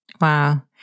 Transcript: Wow